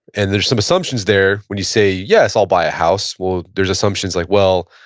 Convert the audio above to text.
and there're some assumptions there when you say, yes, i'll buy a house. well, there's assumptions like, well,